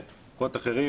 במקומות אחרים